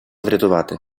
врятувати